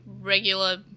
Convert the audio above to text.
regular